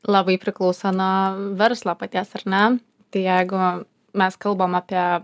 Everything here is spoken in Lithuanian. labai priklauso nuo verslo paties ar ne tai jeigu mes kalbam apie